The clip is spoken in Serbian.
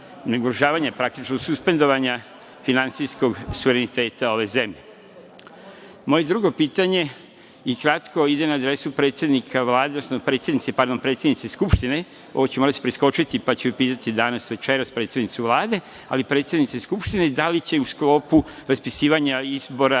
praktično suspendovanja finansijskog suvereniteta ove zemlje. Moje drugo pitanje je kratko i ide na adresu predsednika Vlade, odnosno predsednice Skupštine, ovo ću morati preskočiti, pa ću je pitati danas, večeras, predsednicu Vlade, ali za predsednicu Skupštinu - da li će u sklopu raspisivanja izbora,